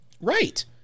Right